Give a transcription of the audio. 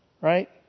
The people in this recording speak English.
right